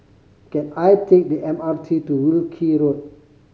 can I take the M R T to Wilkie Road